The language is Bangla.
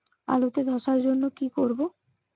আলুতে ধসার জন্য কি করব?